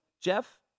Jeff